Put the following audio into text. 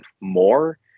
more